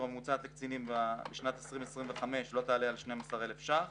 הממוצעת לקצינים בשנת 2025 לא תעלה על 12,000 ש"ח.